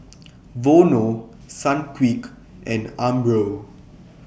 Vono Sunquick and Umbro